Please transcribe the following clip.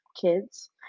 kids